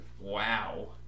Wow